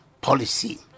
policy